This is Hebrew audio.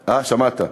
שמעתי.